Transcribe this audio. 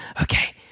okay